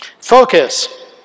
Focus